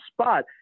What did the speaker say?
spot